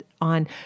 on